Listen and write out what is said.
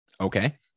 Okay